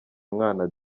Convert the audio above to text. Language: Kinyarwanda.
umwana